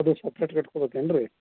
ಅದು ಸಪ್ರೇಟ್ ಕಟ್ಕೊಬೇಕು ಏನು ರೀ